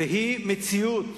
והיא מציאות.